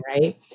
right